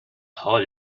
حال